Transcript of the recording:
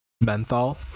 menthol